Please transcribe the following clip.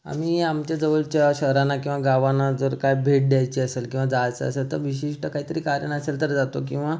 आम्ही आमच्या जवळच्या शहरांना किंवा गावांना जर काही भेट द्यायची असेल किवा जायचं असेल तर विशिष्ट काहीतरी कारण असेल तर जातो किंवा